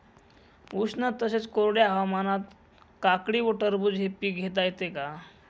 उष्ण तसेच कोरड्या हवामानात काकडी व टरबूज हे पीक घेता येते का?